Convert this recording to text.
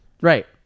Right